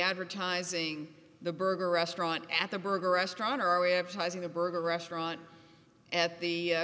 advertising the burger restaurant at the burger restaurant or our way of sizing a burger restaurant at the